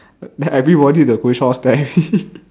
then everybody at the coffeeshop all staring